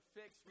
fix